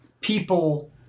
people